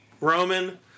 Roman